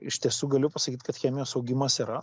iš tiesų galiu pasakyt kad chemijos augimas yra